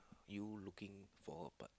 you looking for a part